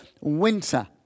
winter